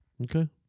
Okay